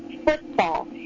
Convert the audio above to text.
football